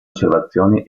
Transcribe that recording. osservazioni